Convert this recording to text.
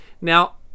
Now